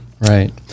Right